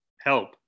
help